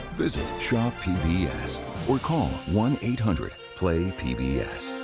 visit shoppbs or call one eight hundred play pbs.